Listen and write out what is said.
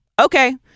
okay